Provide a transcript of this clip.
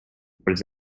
what